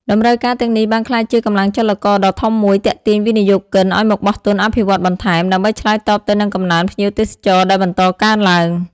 តម្រូវការទាំងនេះបានក្លាយជាកម្លាំងចលករដ៏ធំមួយទាក់ទាញវិនិយោគិនឲ្យមកបោះទុនអភិវឌ្ឍន៍បន្ថែម ដើម្បីឆ្លើយតបទៅនឹងកំណើនភ្ញៀវទេសចរដែលបន្តកើនឡើង។